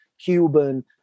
Cuban